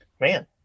Man